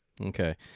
Okay